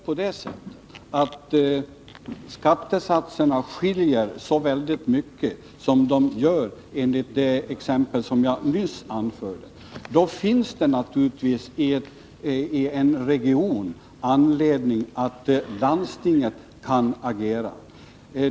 Men när skattesatserna skiljer sig så mycket inom en region som i det exempel jag nyss anförde finns det naturligtvis anledning för landstinget att agera.